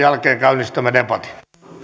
jälkeen käynnistämme debatin